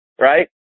right